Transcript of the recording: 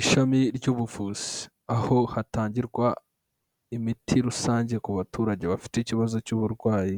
Ishami ry'ubuvuzi, aho hatangirwa imiti rusange ku baturage bafite ikibazo cy'uburwayi,